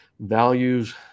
values